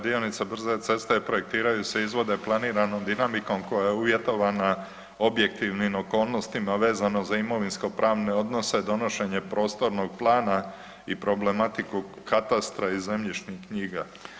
Dionica brze ceste projektiraju se, izvode planiranom dinamikom koja je uvjetovana objektivnim oko objektivnim okolnostima vezano za imovinskopravne odnose, donošenje prostornog plana i problematiku katastra i zemljišnih knjiga.